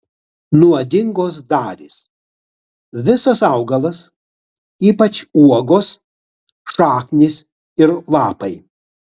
nuodingos dalys visas augalas ypač uogos šaknys ir lapai